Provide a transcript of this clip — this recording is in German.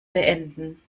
beenden